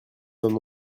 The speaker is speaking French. n’en